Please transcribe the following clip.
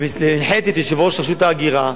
והנחיתי את יושב-ראש רשות ההגירה,